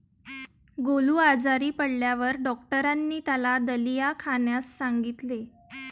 गोलू आजारी पडल्यावर डॉक्टरांनी त्याला दलिया खाण्यास सांगितले